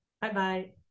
Bye-bye